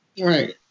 Right